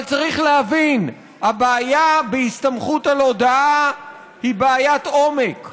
צריך להבין שהבעיה בהסתמכות על הודאה היא בעיית עומק.